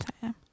time